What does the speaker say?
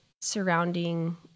surrounding